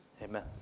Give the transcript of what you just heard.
Amen